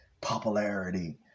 popularity